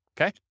Okay